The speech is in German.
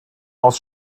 aus